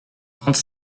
trente